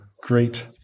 great